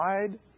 wide